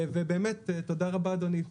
תודה רבה אדוני,